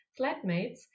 flatmates